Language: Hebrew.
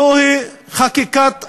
זוהי חקיקת אפרטהייד,